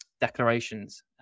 declarations